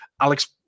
Alex